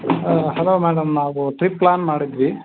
hello madam ನಾವು trip plan ಮಾಡಿದ್ವಿ